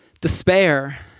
despair